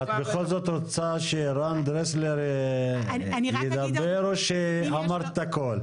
את בכל זאת רוצה שרן דרסלר ידבר או שאמרת את הכול?